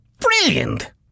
Brilliant